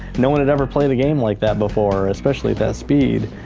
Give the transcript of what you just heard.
no one had ever played a game like that before, especially at that speed.